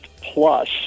plus